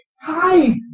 Hi